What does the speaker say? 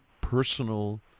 personal